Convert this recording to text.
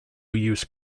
use